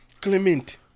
Clement